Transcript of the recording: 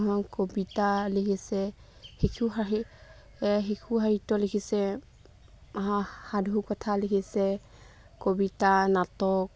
কবিতা লিখিছে শিশু সাহি শিশু সাহিত্য লিখিছে সাধু কথা লিখিছে কবিতা নাটক